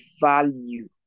value